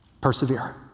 Persevere